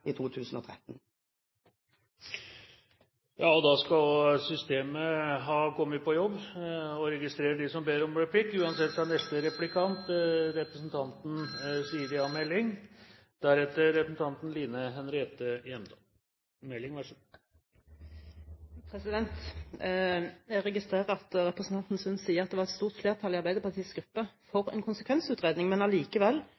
i 2013. Da skal systemet ha kommet på jobb, og registrerer dem som ber om replikk. Neste replikant er representanten Siri A. Meling. Jeg registrerer at representanten Sund sier at det var et stort flertall i Arbeiderpartiets gruppe